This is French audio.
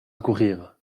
accourir